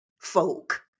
folk